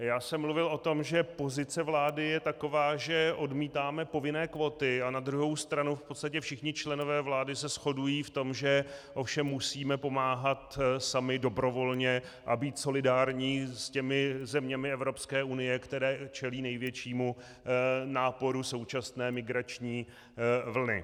Já jsem mluvil o tom, že pozice vlády je taková, že odmítáme povinné kvóty, a na druhou stranu v podstatě všichni členové vlády se shodují v tom, že ovšem musíme pomáhat sami dobrovolně a být solidární s těmi zeměmi Evropské unie, které čelí největšímu náporu současné migrační vlny.